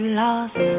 lost